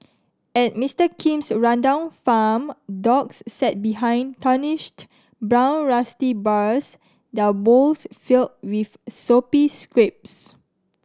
at Mister Kim's rundown farm dogs sat behind tarnished brown rusty bars their bowls filled with soupy scraps